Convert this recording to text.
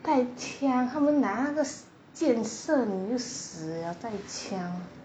带枪他们拿那个箭射你就死了带枪